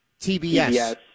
TBS